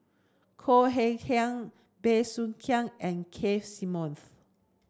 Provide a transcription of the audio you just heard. Khoo Hay Hian Bey Soo Khiang and Keith Simmons